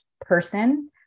person